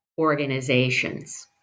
organizations